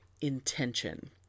intention